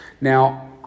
Now